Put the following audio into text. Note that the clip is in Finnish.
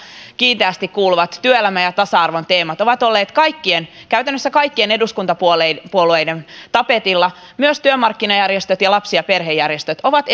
kiinteästi kuuluvat työelämän ja tasa arvon teemat ovat olleet käytännössä kaikkien eduskuntapuolueiden tapetilla myös työmarkkinajärjestöt ja lapsi ja perhejärjestöt ovat